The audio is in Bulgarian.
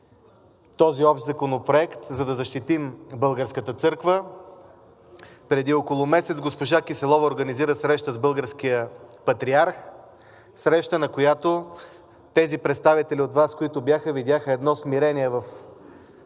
този общ законопроект, за да защитим българската църква. Преди около месец госпожа Киселова организира среща с българския патриарх. Среща, на която тези представители от Вас, които бяха, видяха едно смирение в народните